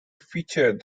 featured